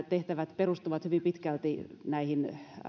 tehtävät perustuvat hyvin pitkälti näihin